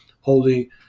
holding